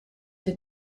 did